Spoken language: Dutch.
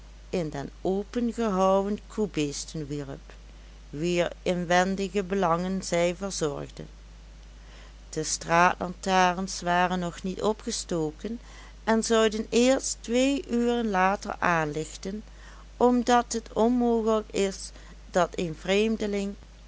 in de opengehouwen koebeesten wierp wier inwendige belangen zij verzorgden de straatlantaarns waren nog niet opgestoken en zouden eerst twee uren later aanlichten omdat het onmogelijk is dat een vreemdeling